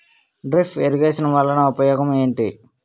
drip irrigation వలన ఉపయోగం ఏంటి